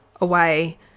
away